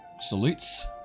salutes